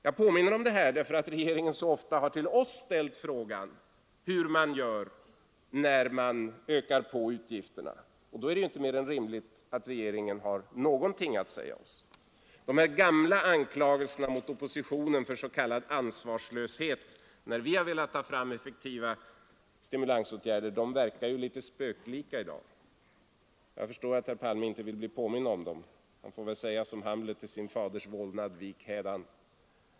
Jag påminner om detta därför att regeringen så ofta har frågat oss hur vi vill finansiera ökade utgifter. Då är det inte mer än rimligt att begära att regeringen har någonting att säga oss. De gamla anklagelserna mot oppositionen för s.k. ansvarslöshet, när vi har velat ta fram effektiva stimulansåtgärder, verkar litet spöklika i dag. Jag förstår att herr Palme inte vill bli påmind om dem; han får väl säga som Hamlet sade till sin faders vålnad: Vik hädan!